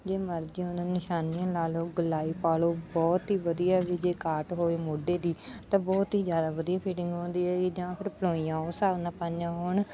ਜਿਵੇਂ ਮਰਜ਼ੀ ਉਹਨਾਂ ਨਿਸ਼ਾਨੀਆਂ ਲਾ ਲਓ ਗੁਲਾਈ ਪਾ ਲਓ ਬਹੁਤ ਹੀ ਵਧੀਆ ਵੀ ਜੇ ਕਾਟ ਹੋਏ ਮੋਢੇ ਦੀ ਤਾਂ ਬਹੁਤ ਹੀ ਜ਼ਿਆਦਾ ਵਧੀਆ ਫੀਟਿੰਗ ਆਉਂਦੀ ਹੈਗੀ ਜਾਂ ਫਿਰ ਪਲੋਈਆਂ ਉਹ ਹਿਸਾਬ ਨਾਲ ਪਾਈਆਂ ਹੋਣ